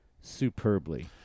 superbly